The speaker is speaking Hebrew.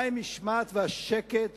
מה עם המשמעת והשקט